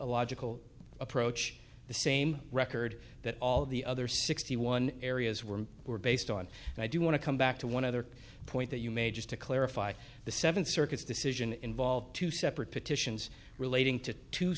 mythological approach the same record that all of the other sixty one areas were were based on and i do want to come back to one other point that you may just to clarify the seven circuits decision involved two separate petitions relating to two